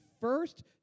first